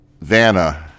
Vanna